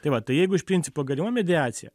tai vat tai jeigu iš principo galima mediacija